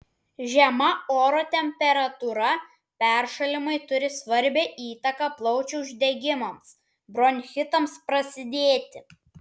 žema oro temperatūra peršalimai turi svarbią įtaką plaučių uždegimams bronchitams prasidėti